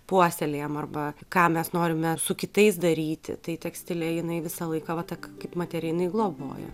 puoselėjam arba ką mes norime su kitais daryti tai tekstilė jinai visą laiką vat ta kaip materija jinai globoja